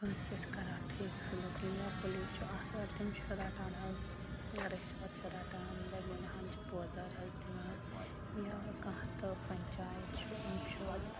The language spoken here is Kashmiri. کٲنٛسہِ سۭتۍ کَران ٹھیٖک سٕلوٗکی یا پُلیٖس چھُ آسان تِم چھِ رَٹان حظ رِشوَت چھِ رَٹان بےٚ گۄنہان چھِ پوزار حظ دِوان یا کانٛہہ تہٕ پَنچایت چھِ یِم چھُ